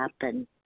happen